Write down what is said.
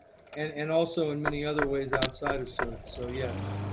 and and also in many other ways outside of cert. so, yes.